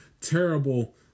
terrible